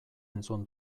entzun